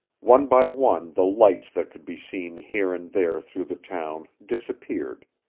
one by one the lights that could be seen here and there through the town disappeared,